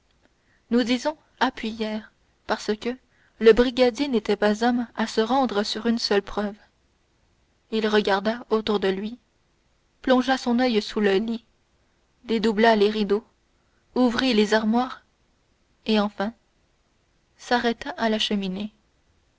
nous disons appuyèrent parce que le brigadier n'était pas homme à se rendre sur une seule preuve il regarda autour de lui plongea son oeil sous le lit dédoubla les rideaux ouvrit les armoires et enfin s'arrêta à la cheminée